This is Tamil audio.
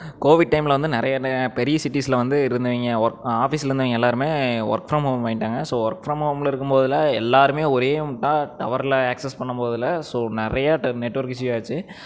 கோவிட் டைமில் வந்து நிறைய பெரிய சிட்டிஸ்சில் வந்து இருந்தவங்க ஒர்க் ஆஃபீஸ்சில் இருந்தவங்க எல்லாேருமே ஒர்க் ஃப்ரம் ஹோம் வாங்கிகிட்டாங்க ஸோ ஒர்க் ஃப்ரம் ஹோமில் இருக்கும்போதில் எல்லாேருமே ஒரே முட்டாக டவரில் அக்சஸ் பண்ணும் போதில் ஸோ நிறைய நெட்வொர்க் இஸ்யூ ஆச்சு